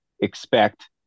expect